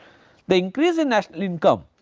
the increase in national income,